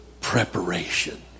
preparation